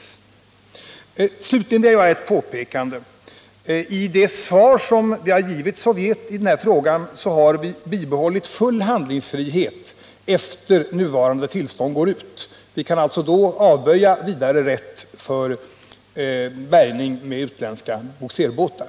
Slutligen vill jag göra ett påpekande. Enligt det svar som har givits Sovjet i den här frågan har vi bibehållit full handlingsfrihet efter det att nuvarande tillstånd går ut. Vi kan alltså då avböja vidare rätt till bärgning med utländska bogserbåtar.